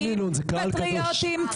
פטריוטיים,